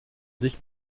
sich